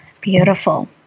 beautiful